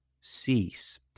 cease